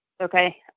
Okay